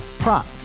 Prop